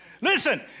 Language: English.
Listen